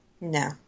no